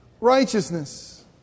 righteousness